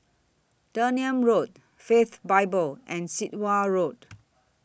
Dunearn Road Faith Bible and Sit Wah Road